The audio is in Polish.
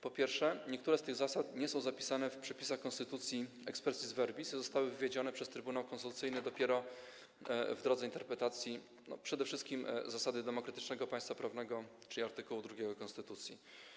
Po pierwsze, niektóre z tych zasad nie są zapisane w przepisach konstytucji expressis verbis i zostały wywiedzione przez Trybunał Konstytucyjny dopiero w drodze interpretacji, przede wszystkim zasady demokratycznego państwa prawnego zawartej w art. 2 konstytucji.